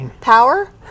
Power